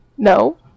no